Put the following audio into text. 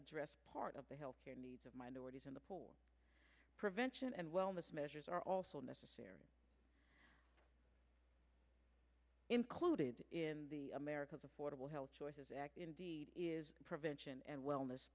address part of the health care needs of minorities and the poor prevention and wellness measures are also necessary included in the america's affordable health choices act prevention and wellness